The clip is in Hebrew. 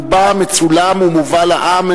רובן מצולם ומובא לעם,